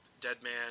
Deadman